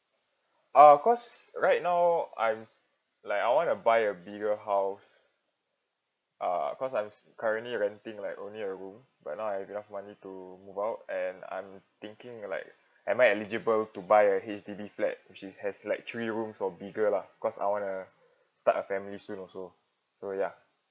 uh cause right now I like I wanna buy a bigger house uh cause I'm currently renting like only a room but now I have enough money to move out and I'm thinking like am I eligible to buy a H_D_B flat which has like three rooms or bigger lah cause I wanna start a family soon also so ya